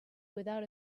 without